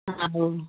ଆ ହଉ